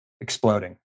exploding